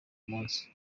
munsi